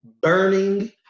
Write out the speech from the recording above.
burning